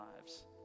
lives